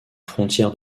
frontières